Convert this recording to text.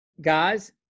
guys